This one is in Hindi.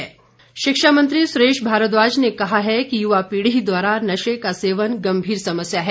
सुरेश भारद्वाज शिक्षा मंत्री सुरेश भारद्वाज ने कहा है कि युवा पीढ़ी द्वारा नशे का सेवन गम्भीर समस्या है